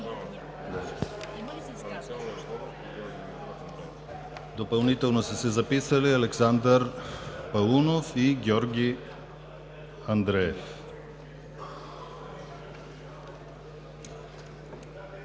Допълнително са се записали: Александър Паунов и Георги Андреев.